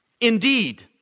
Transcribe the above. Indeed